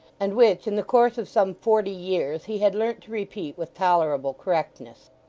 and which in the course of some forty years he had learnt to repeat with tolerable correctness.